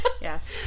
Yes